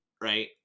right